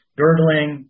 girdling